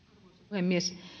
puhemies